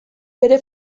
bere